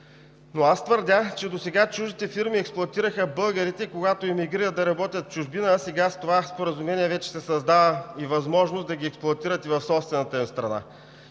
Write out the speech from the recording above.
Аз твърдя, че досега чуждите фирми експлоатираха българите, когато емигрират да работят в чужбина, а сега, с това споразумение вече се създава възможност да ги експлоатират и в собствената им страна.